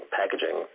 packaging